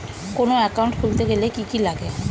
কোন একাউন্ট খুলতে গেলে কি কি লাগে?